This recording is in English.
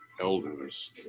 Elders